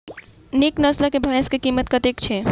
नीक नस्ल केँ भैंस केँ कीमत कतेक छै?